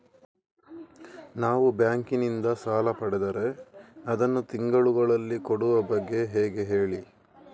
ನಾವು ಬ್ಯಾಂಕ್ ನಿಂದ ಸಾಲ ಪಡೆದರೆ ಅದನ್ನು ತಿಂಗಳುಗಳಲ್ಲಿ ಕೊಡುವ ಬಗ್ಗೆ ಹೇಗೆ ಹೇಳಿ